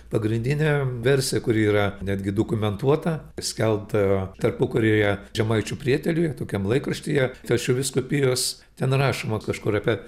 pagrindinė versija kuri yra netgi dokumentuota skelbta tarpukaryje žemaičių prieteliuj tokiam laikraštyje telšių vyskupijos ten rašoma kažkur apie